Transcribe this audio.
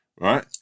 right